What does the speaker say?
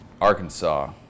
Arkansas